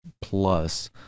plus